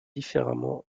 différemment